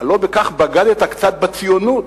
הלוא בכך בגדת קצת בציונות: